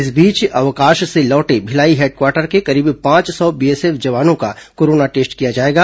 इस बीच अवकाश से लौटे भिलाई हेडक्वार्टर के करीब पांच सौ बीएसएफ जवानों का कोरोना टेस्ट किया जाएगा